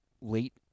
late